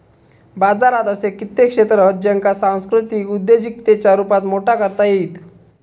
बाजारात असे कित्येक क्षेत्र हत ज्येंका सांस्कृतिक उद्योजिकतेच्या रुपात मोठा करता येईत